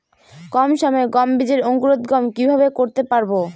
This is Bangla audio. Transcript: কম সময়ে গম বীজের অঙ্কুরোদগম কিভাবে করতে পারব?